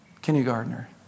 kindergartner